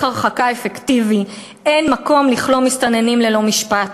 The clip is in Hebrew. הרחקה אפקטיבי אין מקום לכלוא מסתננים ללא משפט,